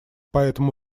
поэтому